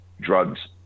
drugs